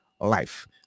life